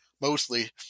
mostly